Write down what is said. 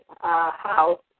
house